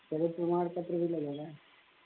चरित्र प्रमाणपत्र भी लगेगा